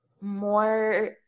more